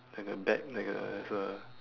like a bag like a there's a